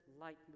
lightly